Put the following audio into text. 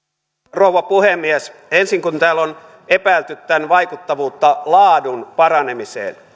rouva puhemies ensin kun täällä on epäilty tämän vaikuttavuutta laadun paranemiseen